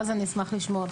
ואז אני אשמח לשמוע.